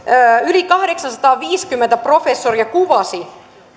yli kahdeksansataaviisikymmentä professoria kuvasi